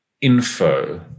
info